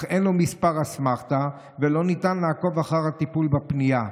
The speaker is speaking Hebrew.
אך אין מספר אסמכתה ולא ניתן לעקוב אחר הטיפול בפנייה.